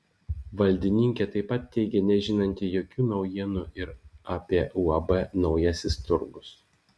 valdininkė taip pat teigė nežinanti jokių naujienų ir apie uab naujasis turgus